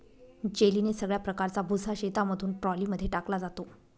जेलीने सगळ्या प्रकारचा भुसा शेतामधून ट्रॉली मध्ये टाकला जातो